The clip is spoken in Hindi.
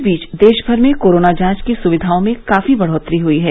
इस बीच देशभर में कोरोना जांच की सुविधाओं में काफी बढ़ोतरी हुई है